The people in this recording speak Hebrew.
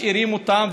משאירים אותם,